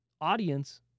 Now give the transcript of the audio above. audience